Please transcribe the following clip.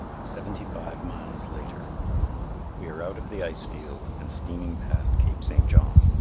seventy-five miles later we are out of the ice field and steaming past cape st. john.